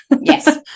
Yes